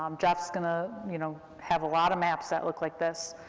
um jeff's going ah you know, have a lot of maps that look like this.